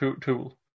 tool